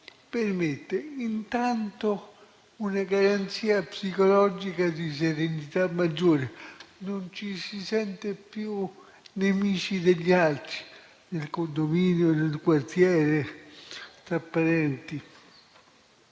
rappresenta intanto una garanzia psicologica di serenità maggiore. Non ci si sente più nemici degli altri, del condominio, del quartiere, tra parenti.